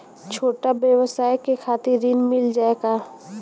छोट ब्योसाय के खातिर ऋण मिल जाए का?